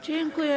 Dziękuję.